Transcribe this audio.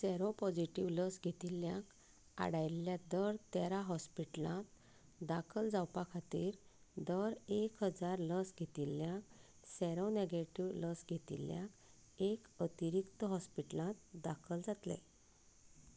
seropositive लस घेतिल्ल्यांक आडायल्ल्या दर तेरा हॉस्पिटलांत दाखल जावपा खातीर दर एक हजार लस घेतिल्ल्यांक सेरोनॅगेटिव्ह लस घेतिल्ल्यांक एक अतिरिक्त हॉस्पिटलांत दाखल जातले